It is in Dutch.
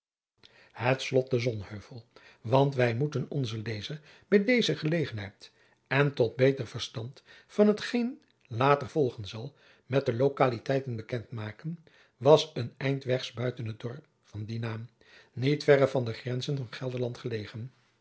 wij moeten onzen lezer bij deze gelegenheid en tot beter verstand van hetgeen later volgen zal met de localiteiten bekend maken was een eind wegs buiten het dorp van dien naam niet verre van de grenzen van gelderland gelegen